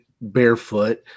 barefoot